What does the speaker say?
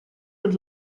und